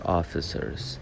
officers